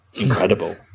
incredible